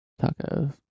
Tacos